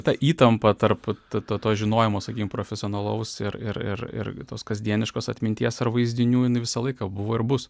ta įtampa tarp to to to žinojimo sakykim profesionalaus ir ir ir tos kasdieniškos atminties ar vaizdinių visą laiką buvo ir bus